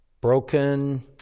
broken